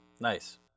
Nice